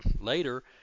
later